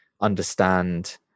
understand